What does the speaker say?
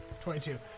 Twenty-two